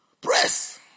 Press